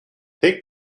pek